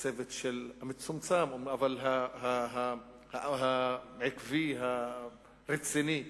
לצוות המצומצם, אבל העקבי, הרציני,